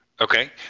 Okay